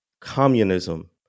communism